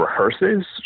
rehearses